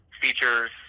features